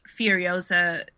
Furiosa